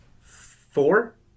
Four